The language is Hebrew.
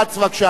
בבקשה, אדוני.